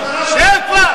אבל,